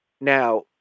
Now